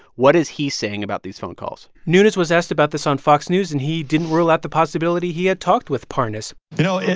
what is he saying about these phone calls? nunes was asked about this on fox news, and he didn't rule out the possibility he had talked with parnas you know,